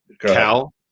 Cal